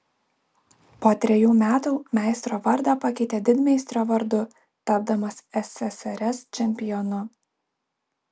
po trejų metų meistro vardą pakeitė didmeistrio vardu tapdamas ssrs čempionu